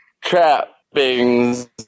trappings